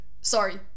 sorry